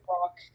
rock